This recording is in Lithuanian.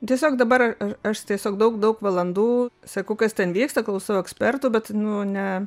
tiesiog dabar aš tiesiog daug daug valandų seku kas ten vyksta klausau ekspertų bet nu ne